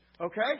Okay